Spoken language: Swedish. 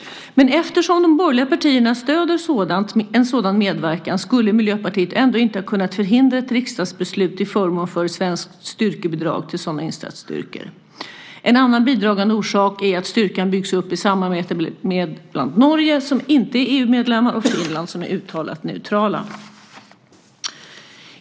Men eftersom de borgerliga partierna stöder sådan medverkan skulle Miljöpartiet ändå inte ha kunnat förhindra ett riksdagsbeslut till förmån för svenskt styrkebidrag till sådana insatsstyrkor. En annan bidragande orsak är att styrkan byggs upp i samarbete med bl.a. Norge, som inte är EU-medlem, och Finland, som är uttalat neutralt."